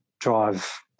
drive